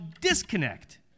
disconnect